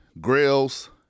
Grills